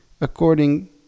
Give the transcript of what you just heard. according